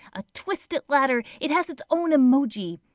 a twisted ladder! it has its own emoji!